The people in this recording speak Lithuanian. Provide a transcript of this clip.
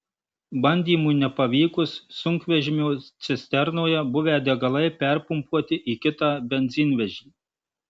bandymui nepavykus sunkvežimio cisternoje buvę degalai perpumpuoti į kitą benzinvežį